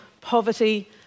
poverty